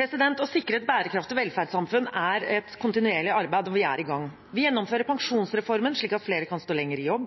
Å sikre et bærekraftig velferdssamfunn er et kontinuerlig arbeid, og vi er i gang. Vi gjennomfører pensjonsreformen, slik at flere kan stå lenger i jobb.